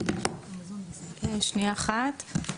שנייה אחת.